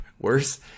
worse